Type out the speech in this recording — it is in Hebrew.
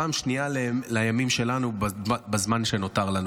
פעם שנייה, לימים שלנו, בזמן שנותר לנו.